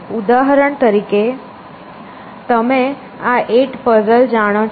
ઉદાહરણ તરીકે તમે આ 8 પઝલ જાણો છો